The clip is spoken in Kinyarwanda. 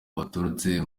baturutse